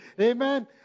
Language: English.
Amen